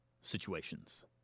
situations